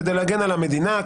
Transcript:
כדי להגן על המדינה,